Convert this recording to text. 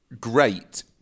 great